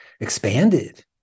expanded